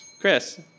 Chris